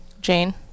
Jane